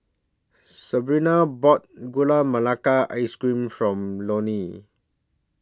Sabina bought Gula Melaka Ice Cream For Lorne